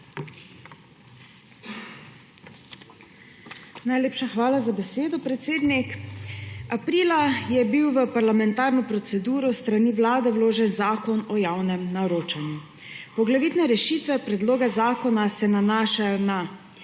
Najlepša hvala za besedo, predsednik. Aprila je bil v parlamentarno proceduro s strani Vlade vložen zakon o javnem naročanju. Poglavitne rešitve predloga zakona se nanašajo na